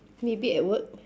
maybe at work